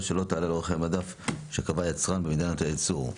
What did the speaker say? שלא תעלה על אורך חיי המדף שקבע היצרן במדינת הייצור,